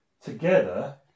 together